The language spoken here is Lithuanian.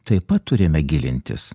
taip pat turime gilintis